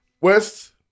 West